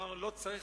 אמרה: לא צריך,